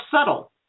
subtle